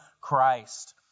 Christ